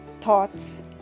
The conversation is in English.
thoughts